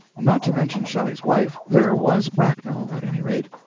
not to mention shelley's wife, there was bracknell, at any rate.